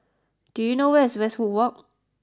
do you know where is Westwood Walk